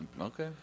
Okay